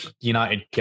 United